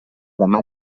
demà